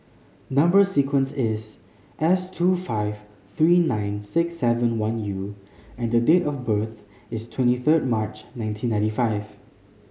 number sequence is S two five three nine six seven one U and date of birth is twenty third March nineteen ninety five